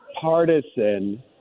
partisan